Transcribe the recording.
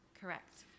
correct